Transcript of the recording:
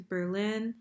Berlin